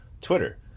Twitter